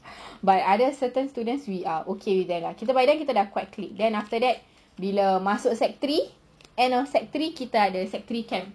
but other certain students we are okay with them ah by then kita dah quite click then after that bila masuk secondary three end of secondary three kita ada secondary three camp